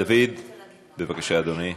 דוד, בבקשה, אדוני.